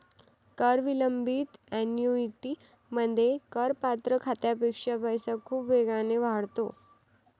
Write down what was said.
कर विलंबित ऍन्युइटीमध्ये, करपात्र खात्यापेक्षा पैसा खूप वेगाने वाढतो